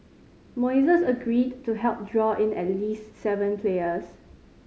Moises agreed to help draw in at least seven players